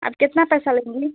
आप कितना पैसा लेंगी